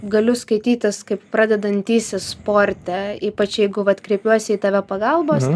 galiu skaitytis kaip pradedantysis sporte ypač jeigu vat kreipiuosi į tave pagalbos